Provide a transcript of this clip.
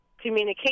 communication